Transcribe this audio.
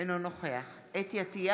אינו נוכח חוה אתי עטייה,